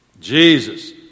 Jesus